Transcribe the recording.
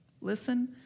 Listen